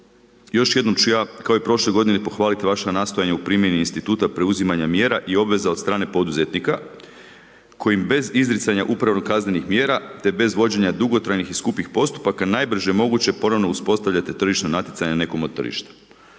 Još jednom ću ja kao i prošle godine pohvaliti vaše nastojanje u primjeni instituta preuzimanja mjera i obveza od strane poduzetnika kojim bez izricanja upravnih kaznenih mjera te bez vođenja dugotrajnih i skupih postupaka najbrže moguće ponovno uspostavljanje tržišno natjecanje nekom od tržišta.